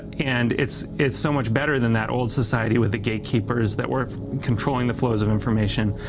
and it's it's so much better than that old society with the gatekeepers that were controlling the flows of information.